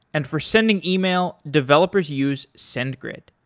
and for sending yeah e-mail, developers use sendgrid.